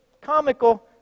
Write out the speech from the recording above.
comical